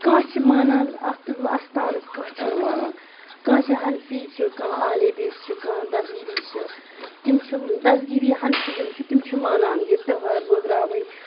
کانٛہہ چھِ مانان اَتھ اَستانَس کانٛہہ چھِنہٕ مانان کانٛہہ چھِ حنفی چھُ کانٛہہ اہلِ حدیٖث چھُ کانٛہہ دستہٕ گیٖری چھُ تِم چھِ دستہٕ گیٖری حنفی یِم چھِ تِم چھِ مانان یہِ تٕہَر بٲگراوٕنۍ